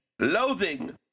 loathing